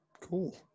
cool